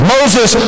Moses